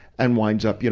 and winds up, you know,